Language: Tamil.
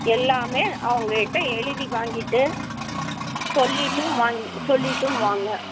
எல்லாமே அவங்ககிட்ட எழுதி வாங்கிகிட்டு சொல்லிவிட்டும் வாங்க சொல்லிவிட்டும் வாங்க